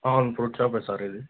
అవును ఫ్రూట్ షాపే సార్ ఇది